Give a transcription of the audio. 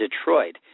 Detroit